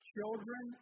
Children